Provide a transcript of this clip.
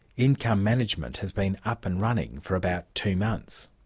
income management has been up and running for about two months.